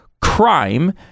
crime